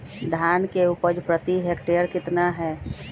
धान की उपज प्रति हेक्टेयर कितना है?